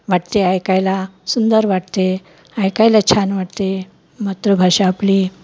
वाटते ऐकायला सुंदर वाटते ऐकायला छान वाटते मातृभाषा आपली